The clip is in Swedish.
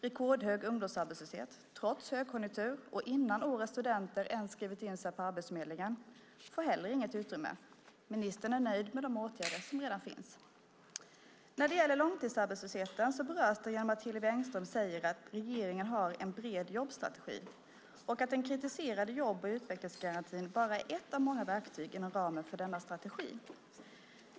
Rekordhög ungdomsarbetslöshet trots högkonjunktur och innan årets studenter ens har skrivit in sig på Arbetsförmedlingen får heller inget utrymme. Ministern är nöjd med de åtgärder som redan pågår. Långtidsarbetslösheten berörs genom att Hillevi Engström säger att regeringen har en bred jobbstrategi och att den kritiserade jobb och utvecklingsgarantin bara är ett av många verktyg inom ramen för denna strategi.